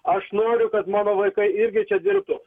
aš noriu kad mano vaikai irgi čia dirbtų